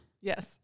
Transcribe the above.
yes